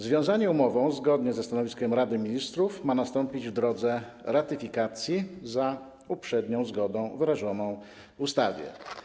Związanie umową, zgodnie ze stanowiskiem Rady Ministrów, ma nastąpić na drodze ratyfikacji za uprzednią zgodą wyrażoną w ustawie.